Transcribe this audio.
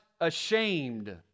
ashamed